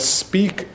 speak